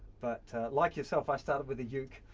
but like yourself i started with a uke,